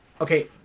Okay